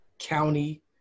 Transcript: county